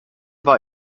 war